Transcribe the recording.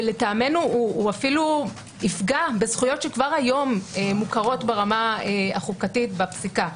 ולטעמנו הוא אפילו יפגע בזכויות שכבר היום מוכרות ברמה החוקתית בפסיקה.